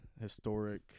historic